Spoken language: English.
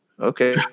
Okay